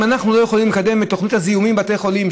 אם אנחנו לא יכולים לקדם את תוכנית הזיהומים בבתי חולים,